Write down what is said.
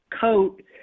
coat